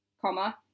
Comma